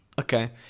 Okay